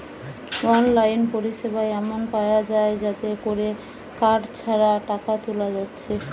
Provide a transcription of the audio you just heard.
online পরিসেবা এমন পায়া যায় যাতে কোরে কার্ড ছাড়া টাকা তুলা যাচ্ছে